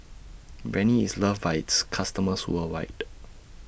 Rene IS loved By its customers worldwide